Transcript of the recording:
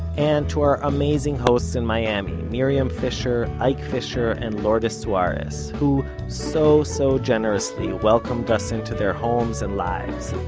and to our amazing hosts in miami, miriam fisher, ike fisher and lourdes suarez, who so so generously welcomed us into their homes and lives.